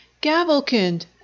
Gavelkind